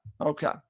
Okay